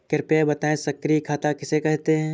कृपया बताएँ सक्रिय खाता किसे कहते हैं?